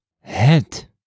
Het